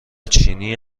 چینی